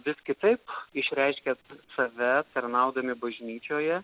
vis kitaip išreiškia save tarnaudami bažnyčioje